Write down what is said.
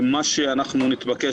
מה שאנחנו נתבקש,